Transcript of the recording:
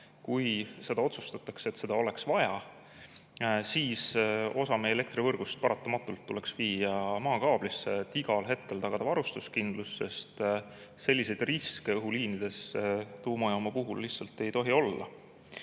kui otsustatakse, et seda oleks vaja, siis osa meie elektrivõrgust tuleks paratamatult viia maakaablite peale, et igal hetkel tagada varustuskindlus, sest selliseid riske õhuliinides tuumajaama puhul lihtsalt ei tohi olla.